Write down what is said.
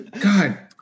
God